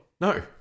No